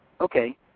okay